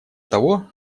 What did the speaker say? того